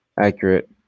accurate